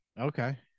okay